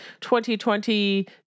2020